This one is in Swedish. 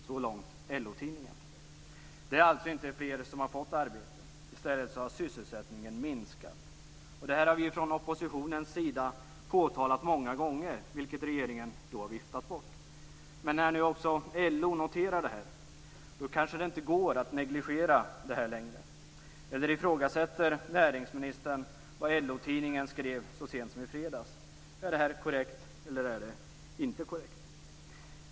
Så långt LO Det är alltså inte fler som har fått arbete. I stället har sysselsättningen minskat. Det här har vi från oppositionens sida påtalat många gånger, vilket regeringen viftat bort. När nu också LO noterar det kanske det inte går att negligera det längre. Eller ifrågasätter näringsministern vad LO-tidningen skrev så sent som i fredags? Är det här korrekt eller inte?